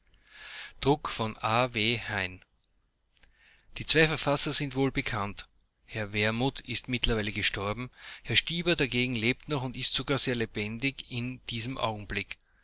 druck von a w hayn die zwei verfasser sind wohlbekannt herr wermuth ist mittlerweile gestorben herr stieber dagegen lebt noch und ist sogar sehr lebendig in diesem augenblick